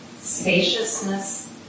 spaciousness